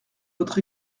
votre